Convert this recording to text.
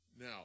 Now